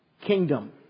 kingdom